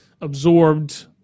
absorbed